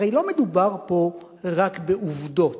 הרי לא מדובר פה רק בעובדות.